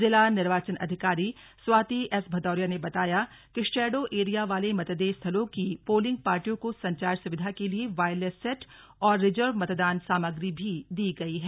जिला निर्वाचन अधिकारी स्वाति एस भदौरिया ने बताया कि शैडो एरिया वाले मतदेय स्थलों की पोलिंग पार्टियों को संचार सुविधा के लिए वायरलेस सेट और रिजर्व मतदान सामग्री भी दी गई है